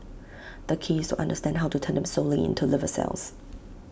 the key is understand how to turn them solely into liver cells